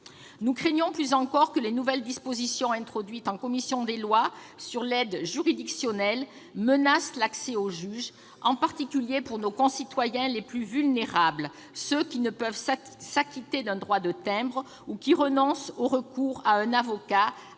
Nous craignons plus encore que les nouvelles dispositions introduites en commission des lois, au sujet de l'aide juridictionnelle, ne menacent l'accès au juge. Nous pensons, en particulier, à nos concitoyens les plus vulnérables, ceux qui ne peuvent s'acquitter d'un droit de timbre ou qui renoncent à recourir à un avocat